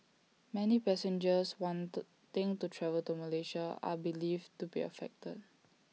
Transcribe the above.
many passengers wanting to travel to Malaysia are believed to be affected